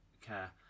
care